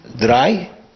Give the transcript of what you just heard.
dry